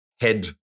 head